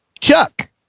Chuck